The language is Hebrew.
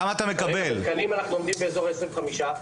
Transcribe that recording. אנחנו מקבלים כ-25 תקנים בכל שנה,